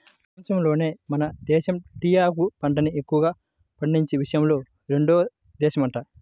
పెపంచంలోనే మన దేశమే టీయాకు పంటని ఎక్కువగా పండించే విషయంలో రెండో దేశమంట